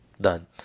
done